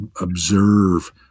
observe